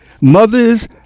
mothers